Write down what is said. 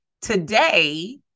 Today